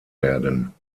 werden